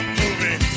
movie